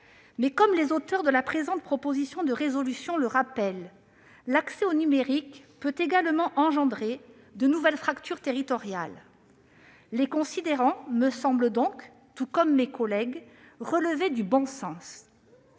comme les auteurs de la présente proposition de résolution le rappellent, l'accès au numérique peut également engendrer de nouvelles fractures territoriales. Les considérants me semblent donc relever du bon sens.